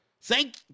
Thank